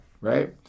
right